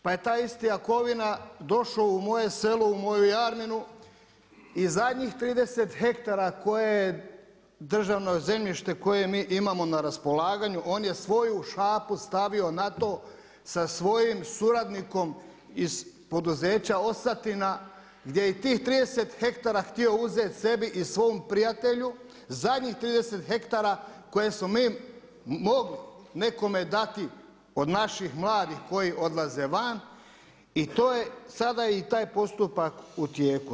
Pa je taj isti Jakovina došao u moje selo u moju Jarminu i zadnjih 30 hektara koje je državno zemljište koje mi imamo na raspolaganju on je svoju šapu stavio na to sa svojim suradnikom iz poduzeća Osatina gdje je i tih 30 hektara htio uzeti sebi i svom prijatelju, zadnjih 30 hektara koje smo mi mogli nekome dati od naših mladih koji odlaze van i to je sada taj postupak u tijeku.